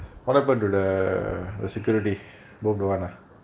what happen to the err the security bokduana